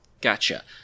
Gotcha